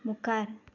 मुखार